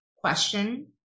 question